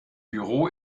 büro